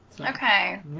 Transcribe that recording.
Okay